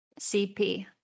CP